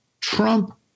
Trump